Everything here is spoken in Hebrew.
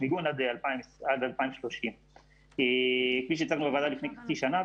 מיגון עד 2030. כפי שהצגנו בוועדה לפני חצי שנה,